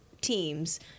teams